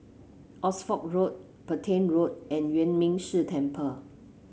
Oxford Road Petain Road and Yuan Ming Si Temple